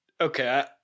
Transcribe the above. okay